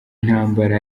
ntambara